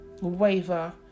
waver